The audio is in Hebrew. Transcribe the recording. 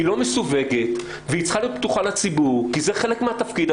היא לא מסווגת והיא צריכה להיות פתוחה לציבור כי זה חלק מהתפקיד.